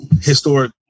historic